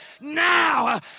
Now